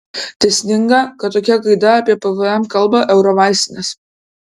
dėsninga kad tokia gaida apie pvm kalba eurovaistinės